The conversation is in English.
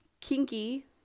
Kinky